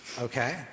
Okay